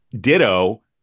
ditto